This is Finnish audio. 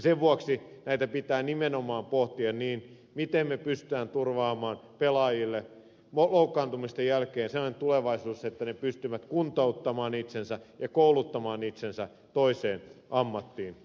sen vuoksi näitä pitää nimenomaan pohtia niin miten me pystymme turvaamaan pelaajille loukkaantumisten jälkeen sellaisen tulevaisuuden että he pystyvät kuntouttamaan itsensä ja kouluttamaan itsensä toiseen ammattiin